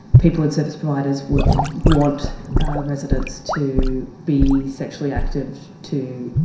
people and service providers would want residents to be sexually active, to